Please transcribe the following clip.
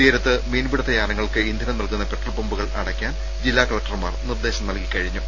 തീരത്ത് മീൻപിടുത്ത യാനങ്ങൾക്ക് ഇന്ധനം നൽകുന്ന പെട്രോൾ പമ്പുകൾ അടയ്ക്കാൻ ജില്ലാ കലക്ടർമാർ നിർദ്ദേശം നൽകി കഴിഞ്ഞു